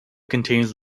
contains